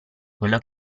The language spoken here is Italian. quello